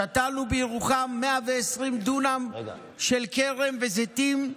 שתלנו בירוחם 120 דונם של כרם וזיתים,